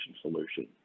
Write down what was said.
solution